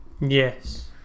Yes